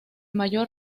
mayor